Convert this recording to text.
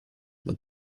but